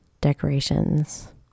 decorations